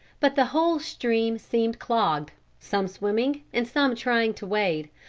but the whole stream seemed clogged, some swimming and some trying to wade,